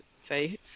say